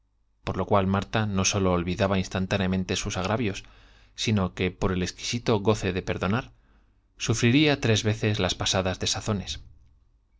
por lo cual marta no sólo olvidaba instantáneamente sus agravios sino que por el exquisito goce de perdonar sufriría tres veces las pasadas desazones